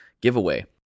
giveaway